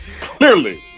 Clearly